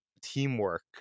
teamwork